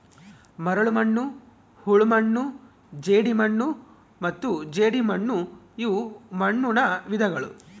ಮರಳುಮಣ್ಣು ಹೂಳುಮಣ್ಣು ಜೇಡಿಮಣ್ಣು ಮತ್ತು ಜೇಡಿಮಣ್ಣುಇವು ಮಣ್ಣುನ ವಿಧಗಳು